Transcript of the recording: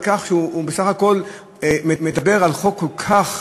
על כך שהוא בסך הכול מדבר על חוק כל כך,